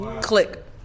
Click